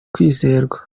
kwizerwa